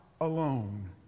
alone